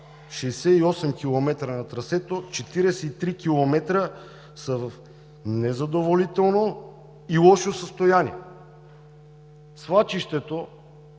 68 км на трасето, 43 км са в незадоволително и лошо състояние. За свлачището,